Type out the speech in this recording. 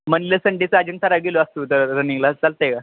मनलं संडेचा अजिंठाला गेलो असतो तर रनिंगला चालतेय का